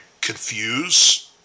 confuse